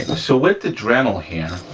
so with the dremel here,